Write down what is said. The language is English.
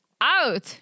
out